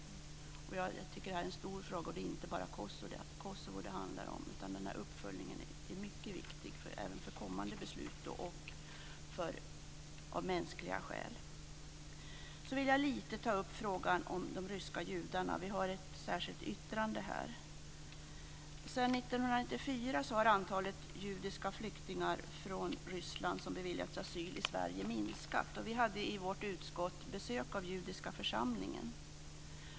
Jag tycker att det här är en stor fråga. Det handlar inte bara om Kosovo, utan uppföljningen är mycket viktig även för kommande beslut av mänskliga skäl. Jag vill också ta upp frågan om de ryska judarna. Vi har här ett särskilt yttrande. Ryssland som beviljats asyl i Sverige minskat. I vårt utskott hade vi besök av judiska församlingen.